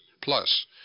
plus